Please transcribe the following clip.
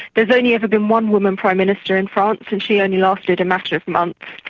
there's only ever been one woman prime minister in france and she only lasted a matter of months,